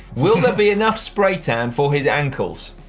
will there be enough spray tan for his ankles?